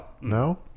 No